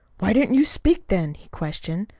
why didn't you speak, then? he questioned.